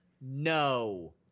No